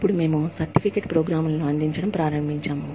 అప్పుడు మేము certificate program లను అందిస్తూ ప్రారంభించాము